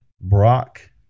Brock